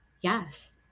yes